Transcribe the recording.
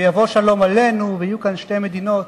ויבוא שלום עלינו ויהיו כאן שתי מדינות.